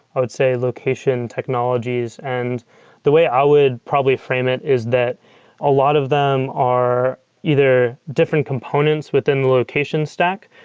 i would say, location technologies. and the way i would probably frame it is that a lot of them are either different components within the location stack,